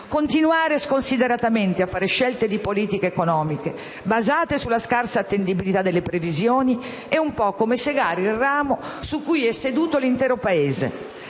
Continuare sconsideratamente a fare scelte di politica economica basate sulla scarsa attendibilità delle previsioni è un po' come segare il ramo su cui è seduto l'intero Paese.